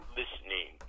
listening